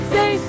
Say